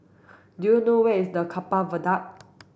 do you know where is the Keppel Viaduct